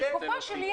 גופה של ילד.